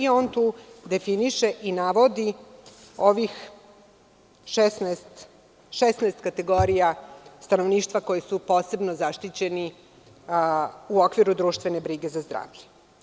On tu definiše i navodi ovih 16 kategorija stanovništva koji su posebno zaštićeni u okviru društvene brige za zdravlje.